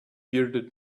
bearded